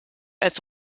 als